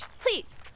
please